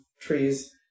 trees